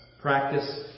Practice